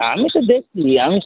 আমি তো দেখছি আমি